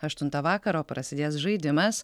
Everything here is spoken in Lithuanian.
aštuntą vakaro prasidės žaidimas